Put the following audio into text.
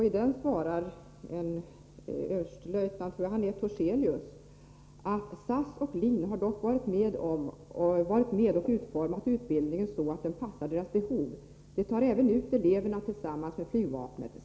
I den skriver överste Torselius: ”SAS och LIN har dock varit med och utformat utbildningen så att den passar deras behov. De tar även ut eleverna tillsammans med FV.